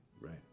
right